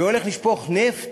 והולך לשפוך נפט,